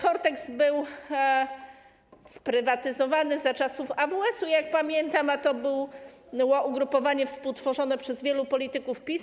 Hortex był sprywatyzowany za czasów AWS-u, jak pamiętam, a to było ugrupowanie współtworzone przez wielu polityków PiS.